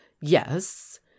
yes